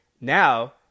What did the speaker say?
Now